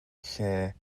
lle